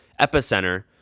epicenter